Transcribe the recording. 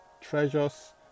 treasures